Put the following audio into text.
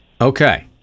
Okay